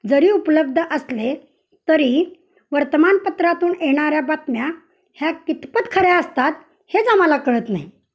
जरी उपलब्ध असले तरी वर्तमानपत्रातून येणाऱ्या बातम्या ह्या कितपत खऱ्या असतात हेच आम्हाला कळत नाही